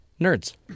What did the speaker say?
Nerds